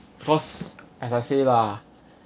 cause as I say lah